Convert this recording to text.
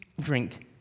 Drink